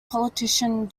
politician